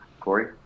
Corey